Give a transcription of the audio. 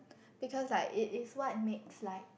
because like it is what makes like